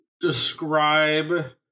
describe